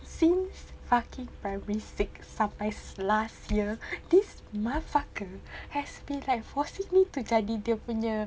since fucking primary six sampai last year this motherfucker has been like forcing me to jadi dia punya